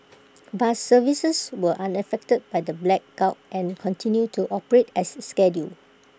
bus services were unaffected by the blackout and continued to operate as scheduled